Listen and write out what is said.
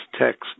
Text